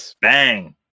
bang